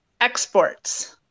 Exports